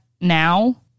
now